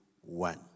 one